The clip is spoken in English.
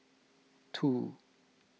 two